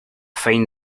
find